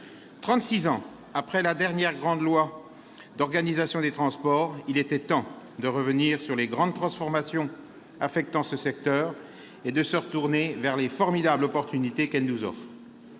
ans après la dernière grande loi d'organisation des transports, il était temps de revenir sur les transformations majeures affectant ce secteur et de se tourner vers les formidables opportunités qu'elles nous offrent.